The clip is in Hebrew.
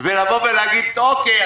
ולבוא ולהגיד: אוקיי,